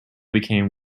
became